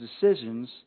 decisions